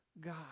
God